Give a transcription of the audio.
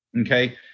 okay